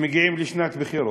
ומגיעים לשנת בחירות,